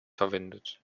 verwendet